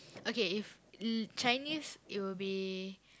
okay if l~ Chinese it will be